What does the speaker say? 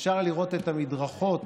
אפשר לראות את המדרכות